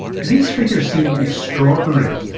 these figures seem extraordinary.